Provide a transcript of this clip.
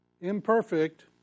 Imperfect